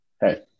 hey